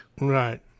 Right